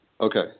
Okay